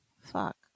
Fuck